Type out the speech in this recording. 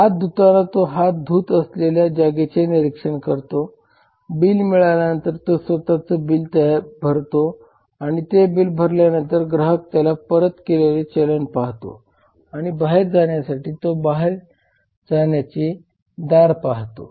हाथ धुताना तो हाथ धूत असलेल्या जागेचे निरीक्षण करतो बिल मिळाल्यानंतर तो स्वतःच ते बिल भरतो आणि ते बिल भरल्यानंतर ग्राहक त्याला परत केलेले चलन पाहतो आणि बाहेर जाण्यासाठी तो बाहेर जाण्याचे दार पाहतो